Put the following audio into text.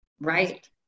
right